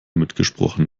mitgesprochen